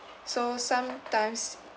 so sometimes